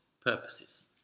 purposes